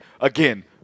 again